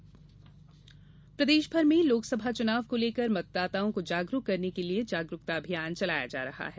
मतदाता जागरूकता प्रदेशभर में लोकसभा चुनाव को लेकर मतदाताओं को जागरुक करने के लिए जागरुकता अभियान चलाया जा रहा है